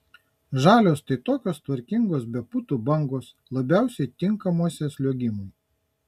žalios tai tokios tvarkingos be putų bangos labiausiai tinkamuose sliuogimui